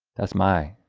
that's my